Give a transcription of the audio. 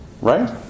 right